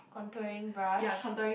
contouring brush